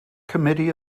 committee